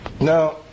Now